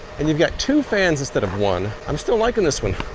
and you've got two fans instead of one. i'm still liking this one.